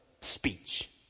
speech